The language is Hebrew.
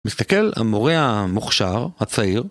מסתכל המורה המוכשר, הצעיר